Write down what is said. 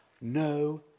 No